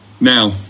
now